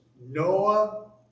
Noah